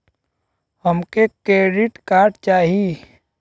हमके credit card चाही